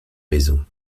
maison